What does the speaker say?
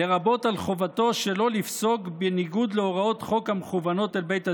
לרבות על חובתו שלא לפסוק בניגוד להוראות חוק המכוונות לבית הדין.